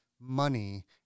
money